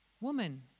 Woman